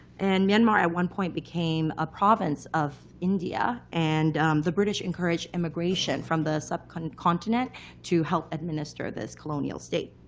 and myanmar at one point became a province of india. and the british encouraged emigration from the sub-continent to help administer this colonial state.